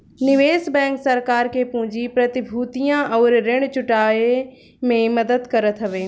निवेश बैंक सरकार के पूंजी, प्रतिभूतियां अउरी ऋण जुटाए में मदद करत हवे